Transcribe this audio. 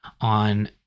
on